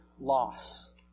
loss